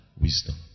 wisdom